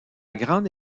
grande